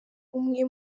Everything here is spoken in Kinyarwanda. umwe